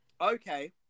Okay